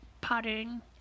pattern